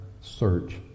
search